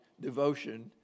devotion